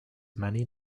many